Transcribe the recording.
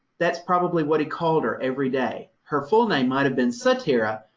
that's probably what he called her every day. her full name might have been satira,